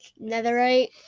netherite